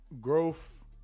growth